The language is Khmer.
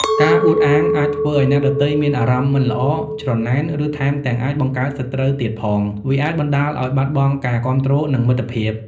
ការអួតអាងអាចធ្វើឱ្យអ្នកដទៃមានអារម្មណ៍មិនល្អ ច្រណែន ឬថែមទាំងអាចបង្កើតសត្រូវទៀតផង។ វាអាចបណ្តាលឱ្យបាត់បង់ការគាំទ្រ និងមិត្តភាព។